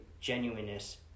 genuineness